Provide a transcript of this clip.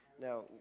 Now